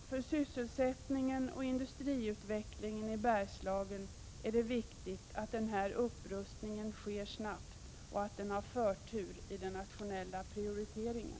För sysselsättningen och industriutvecklingen i Bergslagen är det viktigt att den här upprustningen sker snart och att den har förtur i den nationella prioriteringen.